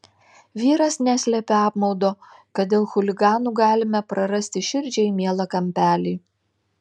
vyras neslėpė apmaudo kad dėl chuliganų galime prarasti širdžiai mielą kampelį